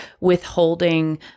withholding